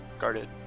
guarded